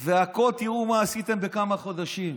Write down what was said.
והכול, תראו מה עשיתם בכמה חודשים.